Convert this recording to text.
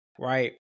right